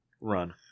run